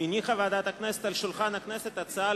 הניחה ועדת הכנסת על שולחן הכנסת הצעה